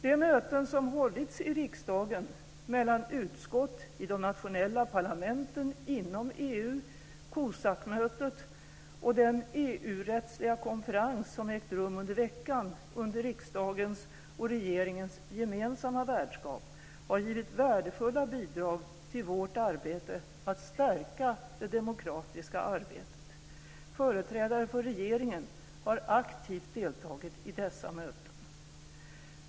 De möten som hållits i riksdagen mellan utskott i de nationella parlamenten inom EU, COSAC-mötet och den EU-rättsliga konferens som ägt rum i veckan under riksdagens och regeringens gemensamma värdskap, har givit värdefulla bidrag till vårt arbete att stärka det demokratiska arbetet. Företrädare för regeringen har aktivt deltagit i dessa möten.